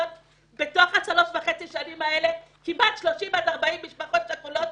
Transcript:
בתוך שלוש וחצי השנים האלה יש בין 40-30 משפחות שכולות